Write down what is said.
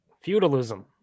Feudalism